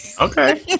Okay